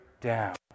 down